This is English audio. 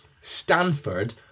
Stanford